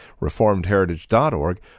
reformedheritage.org